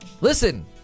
Listen